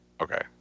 okay